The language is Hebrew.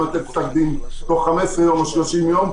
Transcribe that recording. לתת פסק דין תוך 15 יום או 30 יום.